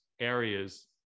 areas